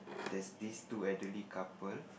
there's beach to elderly two couple